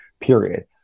period